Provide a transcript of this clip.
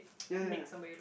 ya ya ya